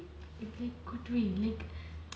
in a good way like